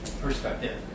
perspective